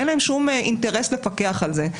אין להם שום אינטרס לפקח על זה.